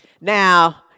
Now